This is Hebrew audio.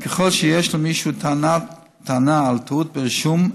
וככל שיש למישהו טענה על טעות ברישום,